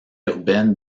urbaine